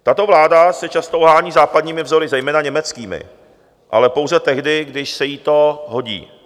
Tato vláda se často ohání západními vzory, zejména německými, ale pouze tehdy, když se jí to hodí.